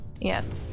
Yes